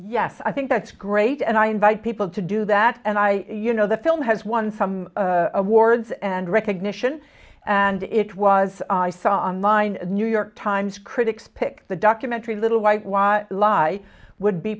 yes i think that's great and i invite people to do that and i you know the film has won some awards and recognition and it was i saw in my new york times critics pick the documentary a little white why lie would